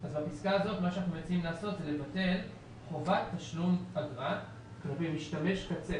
בפסקה הזאת אנחנו מציעים לבטל חובת תשלום למשתמש קצה.